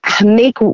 make